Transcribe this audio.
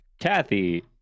Kathy